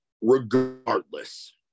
Regardless